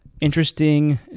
interesting